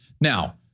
Now